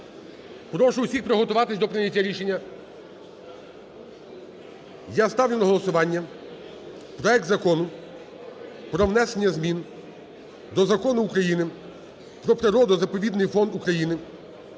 Прошу всіх приготуватись до прийняття рішення. Я ставлю на голосування проект Закону про внесення змін до Закону України "Про природно-заповідний фонд України"